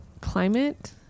climate